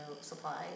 supplies